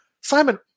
Simon